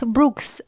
Brooks